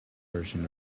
person